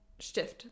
stift